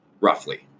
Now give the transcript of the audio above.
Roughly